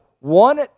One